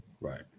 Right